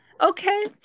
Okay